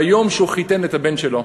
ביום שהוא חיתן את הבן שלו,